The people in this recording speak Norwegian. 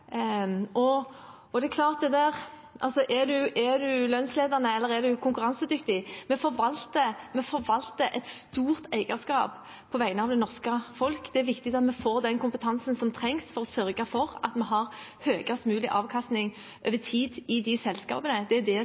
Og til om man er lønnsledende eller konkurransedyktig: Vi forvalter et stort eierskap på vegne av det norske folk. Det er viktig at vi får den kompetansen som trengs, for å sørge for at vi har høyest mulig avkastning over tid i de selskapene. Det er det